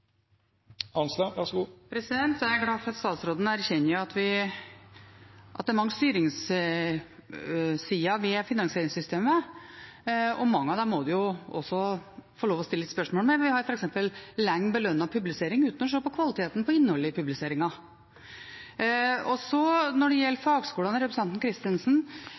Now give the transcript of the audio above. Arnstad har hatt ordet to gonger tidlegare og får ordet til ein kort merknad, avgrensa til 1 minutt. Jeg er glad for at statsråden erkjenner at det er mange styringssider ved finansieringssystemet, og mange av dem må vi også få lov til å stille spørsmål om. Vi har f.eks. lenge belønnet publisering uten å se på kvaliteten på innholdet i publiseringen. Når det gjelder fagskolene og representanten